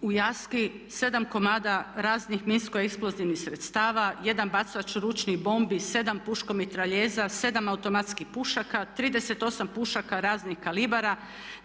u Jaski 7 komada raznih nisko eksplozivnih sredstava, 1 bacač ručnih bombi, 7 puška mitraljeza, 7 automatskih pušaka, 38 pušaka raznih kalibara,